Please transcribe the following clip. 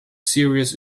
serious